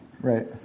Right